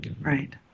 Right